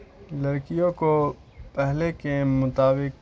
لڑکیوں کو پہلے کے مطابق